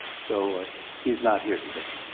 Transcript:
so he's not here today.